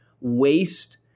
waste